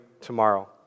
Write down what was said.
tomorrow